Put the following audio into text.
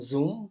Zoom